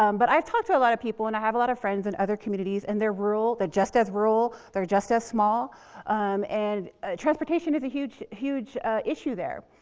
um but i've talked to a lot of people and i have a lot of friends in other communities, and they're rural. they're just as rural. they're just as small and transportation is a huge, huge issue there,